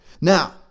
now